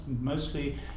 mostly